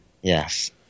Yes